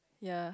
ya